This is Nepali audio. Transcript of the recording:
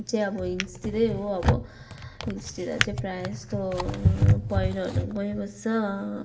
चाहिँ अब हिल्सतिरै हो अब हिल्सतिर चाहिँ प्रायः जस्तो पैह्रोहरू गइबस्छ